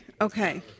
okay